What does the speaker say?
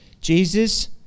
Jesus